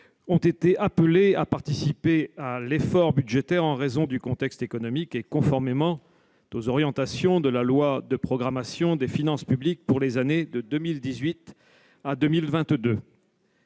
ont été appelés à participer à l'effort budgétaire en raison du contexte économique et conformément aux orientations de la loi de programmation des finances publiques pour les années 2018 à 2022.